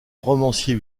romancier